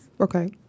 Okay